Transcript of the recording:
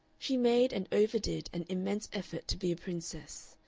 she made, and overdid, an immense effort to be a princess.